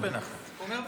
הוא אומר בנחת.